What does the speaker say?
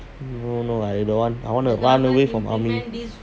no no I don't want I want to run away from army